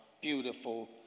beautiful